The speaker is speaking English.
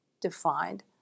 defined